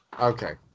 Okay